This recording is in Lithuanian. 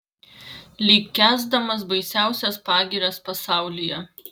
lyg kęsdamas baisiausias pagirias pasaulyje